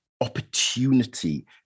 opportunity